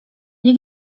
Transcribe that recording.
nie